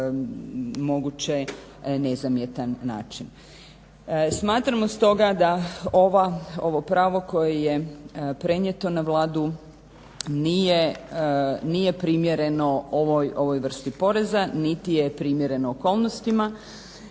Smatramo stoga da ovo pravo koje je prenijeto na Vladu nije primjereno ovoj vrsti poreza niti je primjereno okolnostima